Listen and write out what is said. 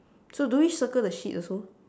so do we circle the seat also